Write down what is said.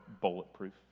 bulletproof